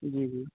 جی جی